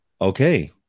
okay